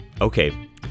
Okay